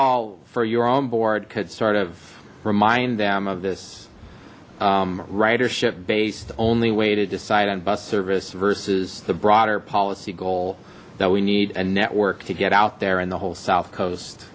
all for your own board could sort of remind them of this ridership based only way to decide on bus service versus the broader policy goal that we need a network to get out there in the whole south coast